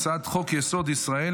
זה חוק שצריך היה לדון